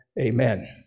Amen